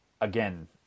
again